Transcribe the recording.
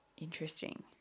Interesting